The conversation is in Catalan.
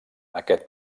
aquest